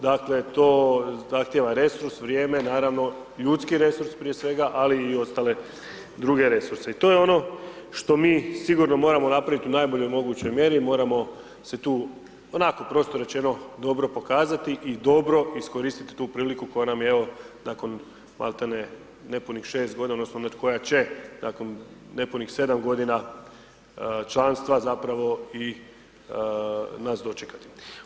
Dakle, to zahtijeva resurs, vrijeme, naravno, ljudski resurs prije svega, ali i ostale druge resurse i to je ono što mi sigurno moramo napraviti u najboljoj mogućoj mjeri, moramo se tu, onako prosto rečeno, dobro pokazati i dobro iskoristit tu priliku koja nam je, evo, nakon malte ne, nepunih 6 godina odnosno koja će nakon nepunih 7 godina članstva, zapravo, i nas dočekati.